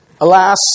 alas